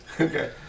Okay